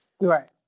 Right